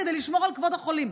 כדי לשמור על כבוד החולים.